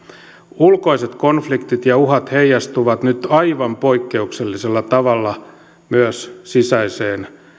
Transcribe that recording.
ulkoiset konfliktit ja uhat heijastuvat nyt aivan poikkeuksellisella tavalla myös sisäiseen